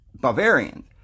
Bavarians